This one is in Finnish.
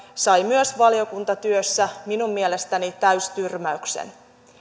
sai myös valiokuntatyössä minun mielestäni täystyrmäyksen